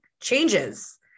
changes